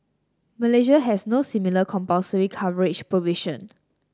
Malaysia has no similar compulsory coverage provision